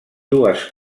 dues